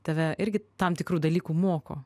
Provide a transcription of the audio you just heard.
tave irgi tam tikrų dalykų moko